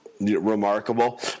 remarkable